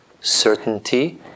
certainty